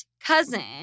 cousin